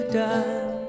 done